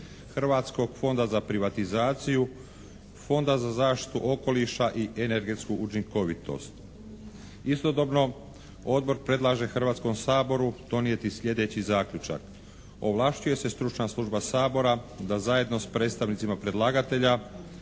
Hrvatskog fonda za privatizaciju, Fonda za zaštitu okoliša i energetsku učinkovitost. Istodobno, Odbor predlaže Hrvatskom saboru donijeti sljedeći zaključak: ovlašćuje se stručna služba Sabora da zajedno s predstavnicima predlagatelja